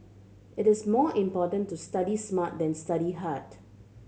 it is more important to study smart than study hard